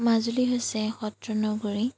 মাজুলী হৈছে সত্ৰনগৰী